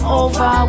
over